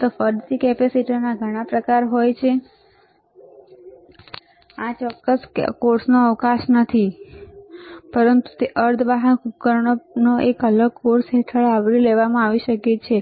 તેથી ફરીથી કેપેસિટર ઘણા પ્રકારના હોય છે આ આ ચોક્કસ કોર્સનો અવકાશ નથી પરંતુ તે અર્ધવાહક ઉપકરણો પર એક અલગ કોર્સ હેઠળ આવરી લેવામાં આવી શકે છે